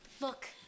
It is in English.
Look